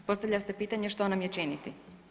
Postavlja se pitanje što nam je činiti?